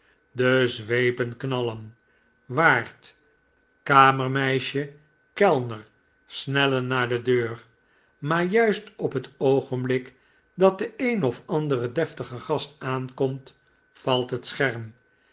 de zweepen knallen waard kamermeisje kellner snellen naar de deur maar juist op het oogenblik dat de een of andere deftige gast aankomt valt het